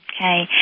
Okay